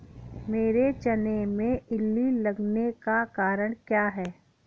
मेरे चने में इल्ली लगने का कारण क्या है?